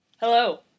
Hello